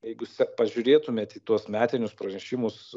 jeigu pažiūrėtumėt į tuos metinius pranešimus